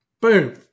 boom